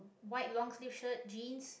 a white long-sleeve shirt jeans